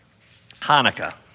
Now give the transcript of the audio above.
Hanukkah